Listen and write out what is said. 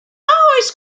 oes